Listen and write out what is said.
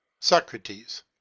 Socrates